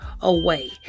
away